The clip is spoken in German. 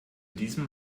diesem